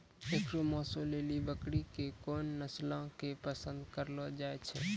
एकरो मांसो लेली बकरी के कोन नस्लो के पसंद करलो जाय छै?